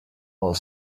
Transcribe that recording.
while